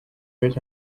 build